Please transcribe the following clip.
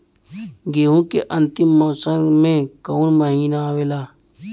गेहूँ के अंतिम मौसम में कऊन महिना आवेला?